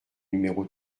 numéro